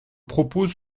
propose